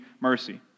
mercy